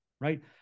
right